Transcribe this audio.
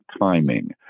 timing